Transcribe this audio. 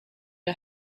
der